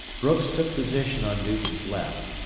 brooks took position on newton's left,